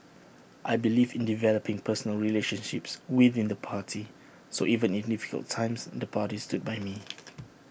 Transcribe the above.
I believe in developing personal relationships within the party so even in difficult times the party stood by me